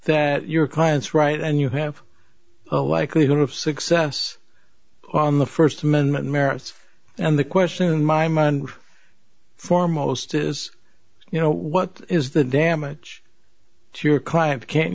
that your client's right and you have a likelihood of success on the first amendment merits and the question in my mind foremost is you know what is the damage to your client can